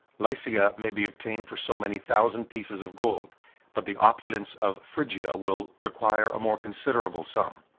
lycia may be obtained for so many thousand pieces of gold but the opulence of phrygia will require a more considerable sum.